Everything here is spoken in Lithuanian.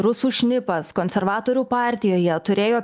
rusų šnipas konservatorių partijoje turėjo